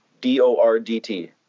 D-O-R-D-T